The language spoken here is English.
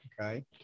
Okay